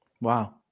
Wow